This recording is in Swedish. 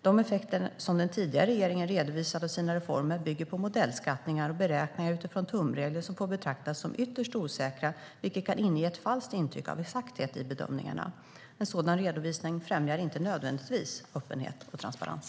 De effekter som den tidigare regeringen redovisade av sina reformer bygger på modellskattningar och beräkningar utifrån tumregler som får betraktas som ytterst osäkra, och de kan inge ett falskt intryck av exakthet i bedömningarna. En sådan redovisning främjar inte nödvändigtvis öppenhet och transparens.